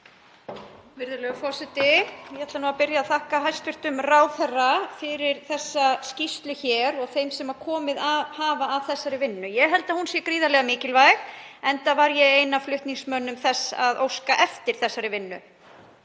Virðulegur forseti. Ég ætla að byrja á að þakka hæstv. ráðherra fyrir þessa skýrslu og þeim sem komið hafa að þessari vinnu. Ég held að hún sé gríðarlega mikilvæg, enda var ég ein af flutningsmönnum þess að óska eftir þessari vinnu.